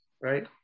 right